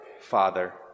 Father